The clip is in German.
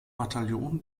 bataillon